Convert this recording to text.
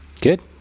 Good